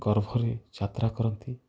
ଗର୍ଭରେ ଯାତ୍ରା କରନ୍ତି